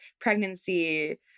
pregnancy